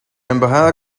embajada